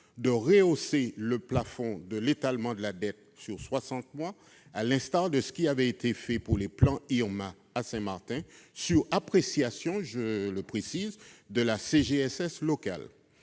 de rehausser le plafond de l'étalement de la dette à soixante mois, à l'instar de ce qui avait été fait pour les plans Irma à Saint-Martin, sur appréciation de la CGSS locale.